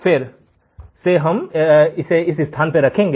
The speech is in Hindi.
फिर से हम यहाँ इस स्थान पर रख रहे हैं